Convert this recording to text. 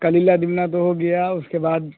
کلیلہ دمنہ تو ہو گیا اس کے بعد